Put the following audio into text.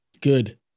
Good